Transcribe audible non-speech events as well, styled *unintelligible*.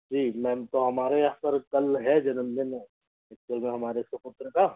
जी ma'am तो हमारे यहाँ पर कल है जन्म दिन *unintelligible* हमारे सुपुत्र का